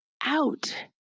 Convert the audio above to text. out